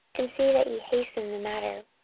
and see that ye hasten the matter.